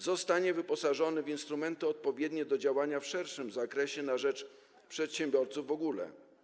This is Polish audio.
Zostanie wyposażony w instrumenty odpowiednie do działania w szerszym zakresie, na rzecz przedsiębiorców w ogóle.